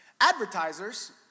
Advertisers